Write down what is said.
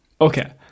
Okay